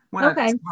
Okay